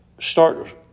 start